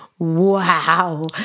wow